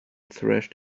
thrashed